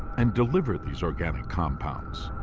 and deliver these organic compounds?